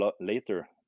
later